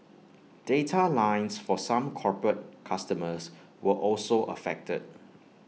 data lines for some corporate customers were also affected